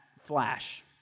flash